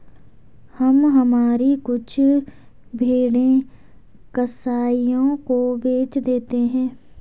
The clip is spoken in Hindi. हम हमारी कुछ भेड़ें कसाइयों को बेच देते हैं